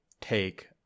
take